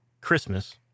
Christmas